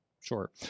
Sure